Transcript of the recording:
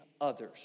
others